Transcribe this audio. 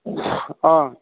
অঁ